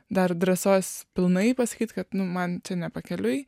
dar drąsos pilnai pasakyt kad nu man čia ne pakeliui